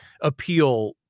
appeal